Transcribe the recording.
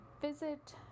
visit